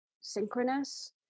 synchronous